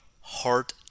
Heart